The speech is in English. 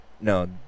no